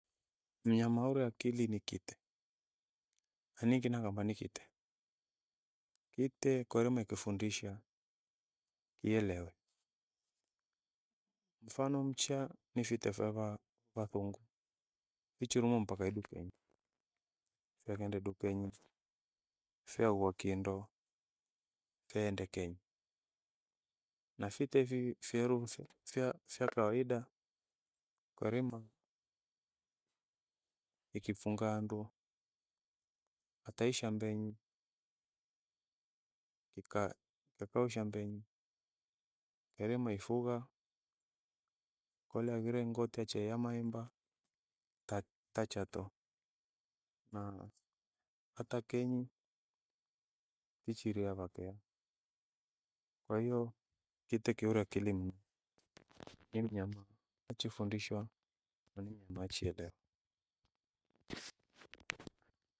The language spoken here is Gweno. Mnyama aore akiri ni kite, anikinga amba ni kite. Kite korime ikifundisha, ielewe. Mfano mcha ni fite fyawa- vasungu. Icho lumwa mpaka eh! idukenyi, fika kenda dukenyi, fyaowo kindo, keende kenyi. Nafite viwi- fyerurufe- fya- fya kawaida kwairima. Ikifungandu ataisha mbenyi kwairima ifugha kole haghire ghote chai yamaemba kata- chato na hata kenyi ichiria vakea kwahiyo kite kiore akili mno. Ni mnyama achifundishwa aninyema achielewa.